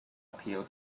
appeal